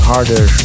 Harder